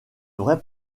vraie